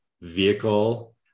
vehicle